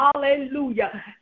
Hallelujah